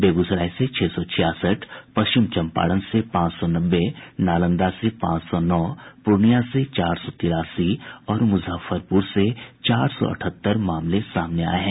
बेगूसराय से छह सौ छियासठ पश्चिम चंपारण से पांच सौ नब्बे नालंदा से पांच सौ नौ पूर्णिया से चार सौ तिरासी और मुजफ्फरपुर से चार सौ अठहत्तर मामले सामने आये हैं